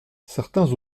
certains